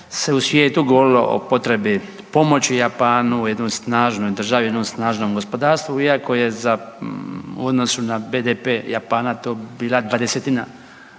u svijetu govorilo o potrebi pomoći Japanu, jednoj snažnoj državi, jednom snažnom gospodarstvu iako je u odnosu na BDP Japana to bila dvadesetina